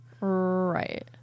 right